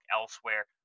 elsewhere